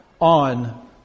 on